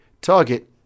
Target